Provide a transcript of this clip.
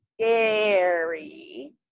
scary